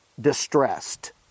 distressed